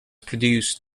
produced